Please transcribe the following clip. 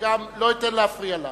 וגם לא אתן להפריע לה.